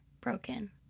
broken